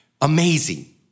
amazing